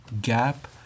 gap